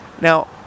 now